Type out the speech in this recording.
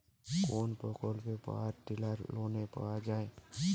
কোন প্রকল্পে power tiller লোনে পাওয়া য়ায়?